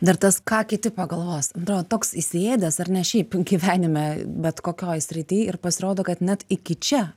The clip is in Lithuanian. dar tas ką kiti pagalvos atrodo toks įsiėdęs ar ne šiaip gyvenime bet kokioj srity ir pasirodo kad net iki čia